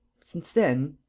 since then.